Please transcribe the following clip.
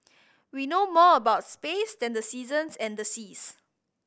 we know more about space than the seasons and the seas